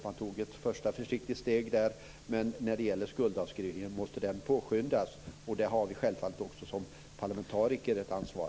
Man tog ett första försiktigt steg, men skuldavskrivningen måste påskyndas. I det avseendet har vi självfallet också som parlamentariker ett ansvar.